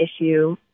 issue